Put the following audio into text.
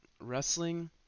wrestling